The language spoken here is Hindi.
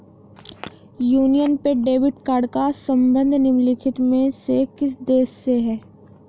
यूनियन पे डेबिट कार्ड का संबंध निम्नलिखित में से किस देश से है?